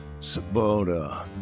Sabota